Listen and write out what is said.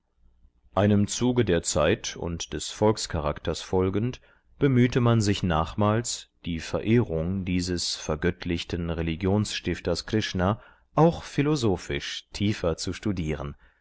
einem zuge der zeit und des volkscharakters folgend bemühte man sich nachmals die verehrung dieses vergöttlichten religionsstifters krishna auch philosophisch tiefer zu studieren